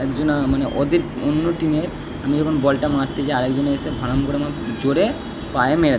একজনা মানে ওদের অন্য টিমের আমি যখন বলটা মারতে যাই আর একজন এসে ভাড়াম করে আমার জোরে পায়ে মেরে দেয়